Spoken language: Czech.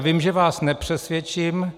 Vím, že vás nepřesvědčím.